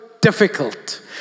difficult